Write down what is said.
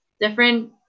different